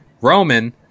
Roman